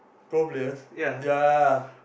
pro players ya ya ya